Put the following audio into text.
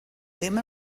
ddim